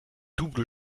double